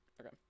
Okay